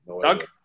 Doug